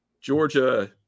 Georgia